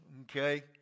okay